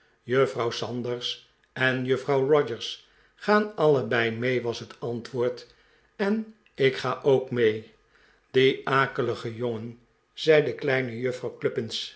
juffrouw sanders en juffrouw rogers gaan allebei mee was het ahtwoord en ik ga ook mee die akelige jongen zei de kleine juffrouw